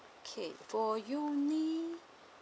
okay for U_N_I